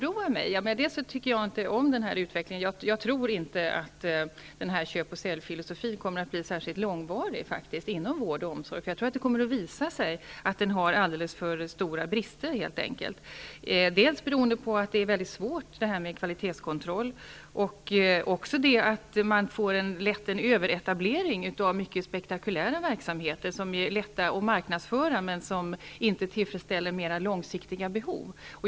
Jag tycker inte om utvecklingen; jag tror inte att den här ''köp och sälj''-filosofin inom vård och omsorg kommer att bli särskilt långvarig, då det kommer att visa sig att den har alldeles för stora brister, dels beroende på att det är mycket svårt med kvalitetskontroll, dels beroende på att det lätt blir en överetablering av mycket spektakulära verksamheter, som det är lätt att marknadsföra men som inte tillfredsställer mera långsiktiga behov.